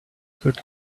could